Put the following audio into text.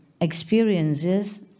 experiences